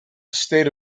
state